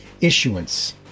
issuance